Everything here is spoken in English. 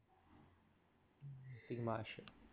mm nothing much eh